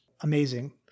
amazing